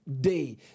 Day